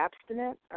abstinent